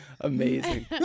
Amazing